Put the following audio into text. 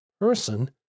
person